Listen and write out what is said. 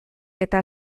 eta